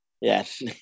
Yes